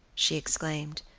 she exclaimed.